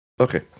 Okay